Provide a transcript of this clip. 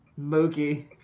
Mookie